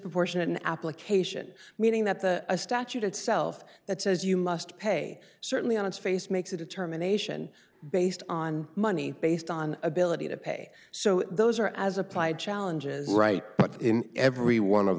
disproportionate an application meaning that the statute itself that says you must pay certainly on its face makes a determination based on money based on ability to pay so those are as applied challenges right but in every one of